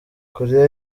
koreya